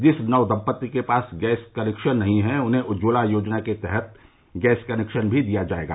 जिस नवदम्पत्ति के पास गैस का कनेक्शन नहीं हैं उन्हें उज्जवला योजना के तहत गैस कनेक्शन भी दिया जायेगा